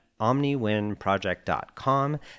omniwinproject.com